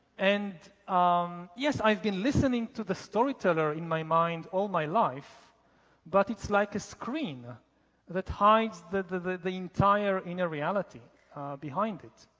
and um yes, i've been listening to the storyteller in my mind all my life but it's like a screen ah that hides the the entire inner reality behind it.